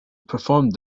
performed